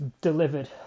delivered